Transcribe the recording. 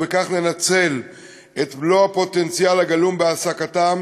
וכך לנצל את מלוא הפוטנציאל הגלום בהעסקתם